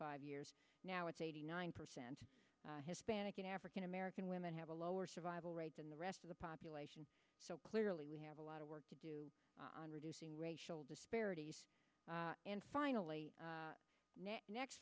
five years now it's eighty nine percent of hispanic african american women have a lower survival rate than the rest of the population so clearly we have a lot of work to do on reducing racial disparities and finally